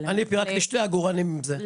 אלא- -- אני פירקתי שתי עגורנים עם זה,